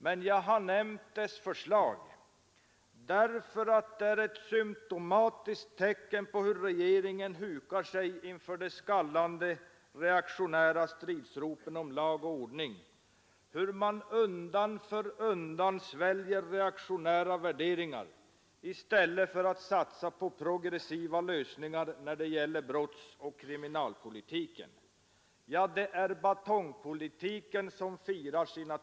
Men jag har nämnt dess förslag därför Nr 64 att det är ett symtomatiskt tecken på hur regeringen nu hukar sig inför Fredagen den de skallande reaktionära stridsropen om ”lag och ordning”, hur man 6 april 1973 undan för undan sväljer reaktionära värderingar i stället för att satsa på ———— progressiva lösningar när det gäller brottsoch kriminalpolitiken. Det är Åtgärder mot vissa batongpolitiken som firar triumfer!